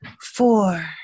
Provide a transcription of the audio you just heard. four